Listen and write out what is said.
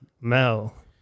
Mel